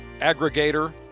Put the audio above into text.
aggregator